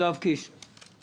יואב קיש, בבקשה.